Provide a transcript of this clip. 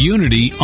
Unity